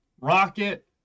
rocket